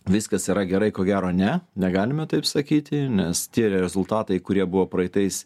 viskas yra gerai ko gero ne negalime taip sakyti nes tie rezultatai kurie buvo praeitais